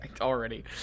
Already